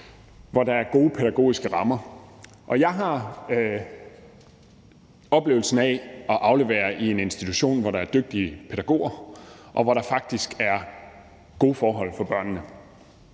hvor der er gode pædagogiske rammer. Og jeg har oplevelsen af at aflevere i en institution, hvor der er dygtige pædagoger, og hvor der faktisk er gode forhold for børnene.